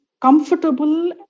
comfortable